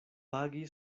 pagi